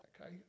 okay